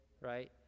right